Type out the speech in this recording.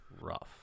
rough